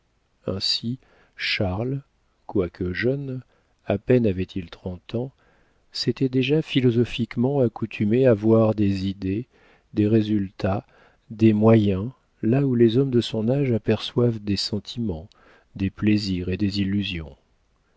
ainsi charles quoique jeune à peine avait-il trente ans s'était déjà philosophiquement accoutumé à voir des idées des résultats des moyens là où les hommes de son âge aperçoivent des sentiments des plaisirs et des illusions